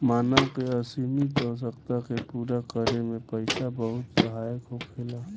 मानव के असीमित आवश्यकता के पूरा करे में पईसा बहुत सहायक होखेला